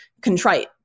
contrite